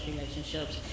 relationships